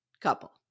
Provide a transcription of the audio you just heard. couple